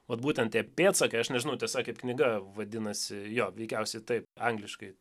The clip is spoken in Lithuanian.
vat būtent tie pėdsakai aš nežinau tiesa kaip knyga vadinasi jo veikiausiai taip angliškai